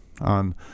on